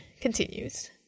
continues